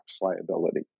liability